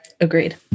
Agreed